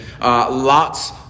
lots